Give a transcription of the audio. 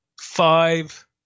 five